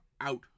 out